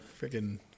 freaking